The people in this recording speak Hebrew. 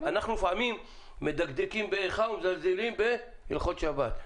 לפעמים אנחנו מדקדקים בך ומזלזלים בהלכות שבת.